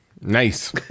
Nice